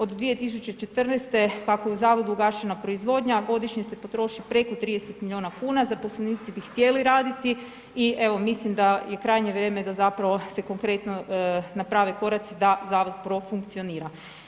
Od 2014. kako je zavodu ugašena proizvodnja, godišnje se potroši preko 30 milijuna kuna, zaposlenici bi htjeli raditi i evo, mislim da je krajnje vrijeme da zapravo se konkretno naprave koraci da zavod profunkcionira.